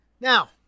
Now